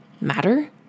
matter